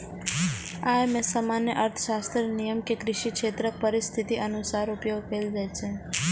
अय मे सामान्य अर्थशास्त्रक नियम कें कृषि क्षेत्रक परिस्थितिक अनुसार उपयोग कैल जाइ छै